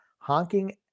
Honking